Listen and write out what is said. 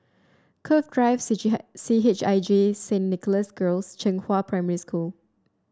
Cove Drive C H I J Saint Nicholas Girls and Zhenghua Primary School